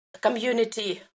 community